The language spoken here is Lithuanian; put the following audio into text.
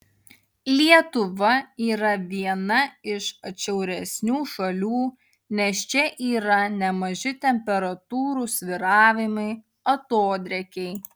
lietuva yra viena iš atšiauresnių šalių nes čia yra nemaži temperatūrų svyravimai atodrėkiai